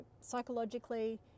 psychologically